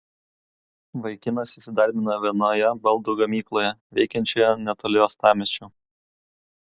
vaikinas įsidarbino vienoje baldų gamykloje veikiančioje netoli uostamiesčio